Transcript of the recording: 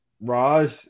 Raj